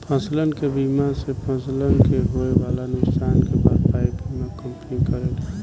फसलसन के बीमा से फसलन के होए वाला नुकसान के भरपाई बीमा कंपनी करेले